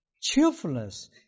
Cheerfulness